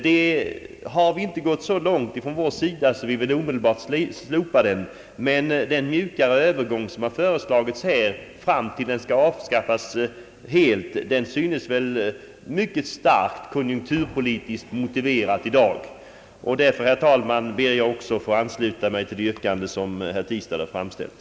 Vi har från vår sida inte gått så långt att vi omedelbart vill slopa den, men den mjukare övergång som här har föreslagits fram till ett avskaffande av avgiften synes i dag mycket starkt konjunkturpolitiskt motiverad. Herr talman! Jag ber därför att få ansluta mig till det yrkande som herr Tistad har framställt.